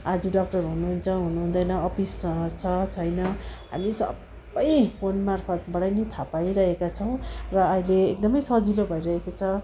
आज डक्टर हुनुहुन्छ हुनुहुँदैन अफिस छ छैन हामी सबै फोन मार्फत्बाट नै थाहा पाइरहेका छौँ र अहिले एकदमै सजिलो भइरहेको छ